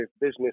business